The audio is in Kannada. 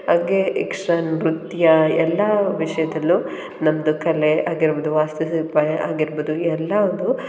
ಹಂಗೆ ಯಕ್ಷ ನೃತ್ಯ ಎಲ್ಲ ವಿಷಯದಲ್ಲೂ ನಮ್ಮದು ಕಲೆ ಆಗಿರ್ಬೋದು ವಾಸ್ತುಶಿಲ್ಪ ಆಗಿರ್ಬೋದು ಎಲ್ಲದೂ